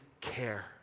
care